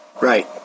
Right